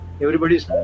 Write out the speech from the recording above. everybody's